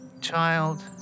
child